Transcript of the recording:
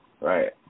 right